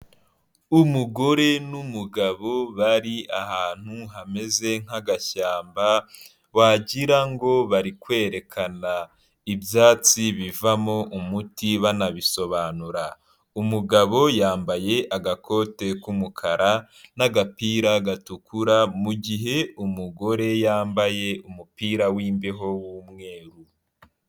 Umugore n'umugabo bari ahantu hameze nk'agashyamba wagira ngo bari kwerekana ibyatsi bivamo umuti banabisobanura, umugabo yambaye agakote k'umukara n'agapira gatukura mu gihe umugore yambaye umupira wimbeho w'umweru.